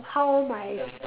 how my f~